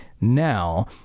now